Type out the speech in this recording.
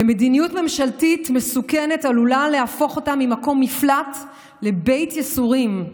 מדיניות ממשלתית מסוכנת עלולה להפוך אותם ממקום מפלט לבית ייסורים.